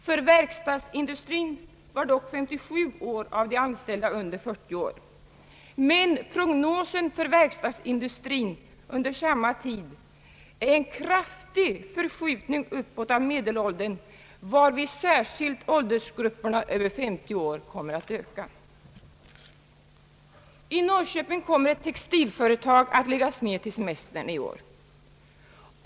För verkstadsindustrin var dock 357 procent av de anställda under 40 år. Prognosen för verkstadsindustrin under samma tid innebär en kraftig förskjutning uppåt av medelåldern, varvid särskilt åldersgrupperna över 50 år kommer att öka. I Norrköping kommer ett textilföretag att läggas ned till semestern i år.